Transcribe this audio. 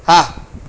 હા